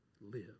live